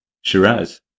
Shiraz